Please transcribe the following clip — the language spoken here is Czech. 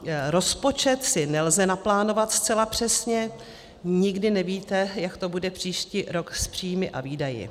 Ano, rozpočet si nelze naplánovat zcela přesně, nikdy nevíte, jak to bude příští rok s příjmy a výdaji.